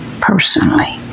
personally